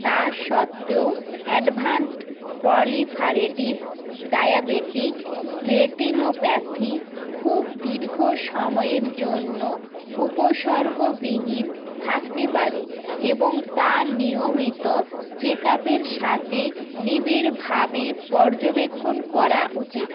তা সত্ত্বেও advanced proliferative diabetic retinopathy খুব দীর্ঘ সময়ের জন্য উপসর্গবিহীন থাকতে পারে এবং তা নিয়মিত চেক আপের সাথে নিবিড়ভাবে পর্যবেক্ষণ করা উচিত